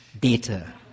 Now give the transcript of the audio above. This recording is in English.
data